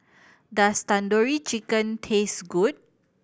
does Tandoori Chicken taste good